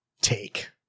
take